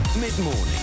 mid-morning